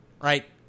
Right